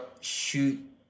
shoot